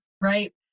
right